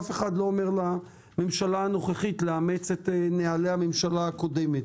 אף אחד לא אומר לממשלה הנוכחית לאמץ את נהלי הממשלה הקודמת.